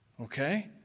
Okay